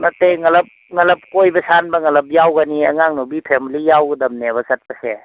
ꯅꯠꯇꯦ ꯉꯜꯂꯞ ꯀꯣꯏꯕ ꯁꯥꯟꯕ ꯉꯜꯂꯞ ꯌꯥꯎꯒꯅꯤ ꯑꯉꯥꯡ ꯅꯨꯄꯤ ꯐꯦꯃꯂꯤ ꯌꯥꯎꯒꯗꯝꯅꯦꯕ ꯆꯠꯄꯁꯦ